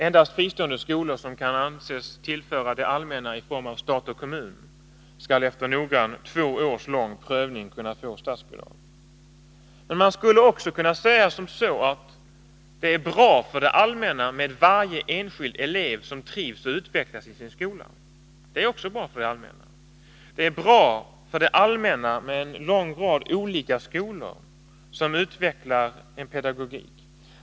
Endast fristående skolor som kan anses tillföra det allmänna i form av stat och kommun något skall efter noggrann — två år lång — prövning kunna få statsbidrag. Men man skulle också kunna säga som så, att det är bra för det allmänna med varje enskild elev som trivs och utvecklas i sin skola. Det är bra för det allmänna med en lång rad olika skolor, som utvecklar en pedagogik.